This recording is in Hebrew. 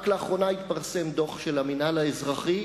רק לאחרונה התפרסם דוח של המינהל האזרחי,